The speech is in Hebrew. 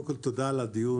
קודם כל, תודה על הדיון.